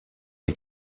est